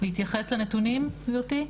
להתייחס לנתונים, גברתי?